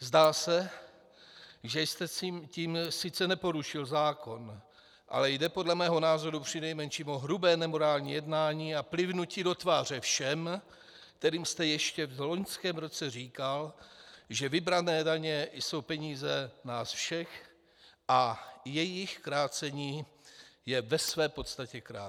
Zdá se, že jste tím sice neporušil zákon, ale jde podle mého názoru přinejmenším o hrubé nemorální jednání a plivnutí do tváře všem, kterým jste ještě v loňském roce říkal, že vybrané daně jsou peníze nás všech a jejich krácení je ve své podstatě krádež.